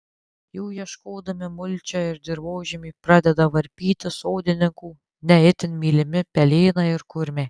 jų ieškodami mulčią ir dirvožemį pradeda varpyti sodininkų ne itin mylimi pelėnai ir kurmiai